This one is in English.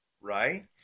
right